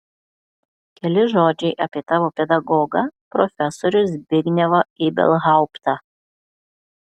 keli žodžiai apie tavo pedagogą profesorių zbignevą ibelhauptą